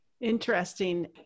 Interesting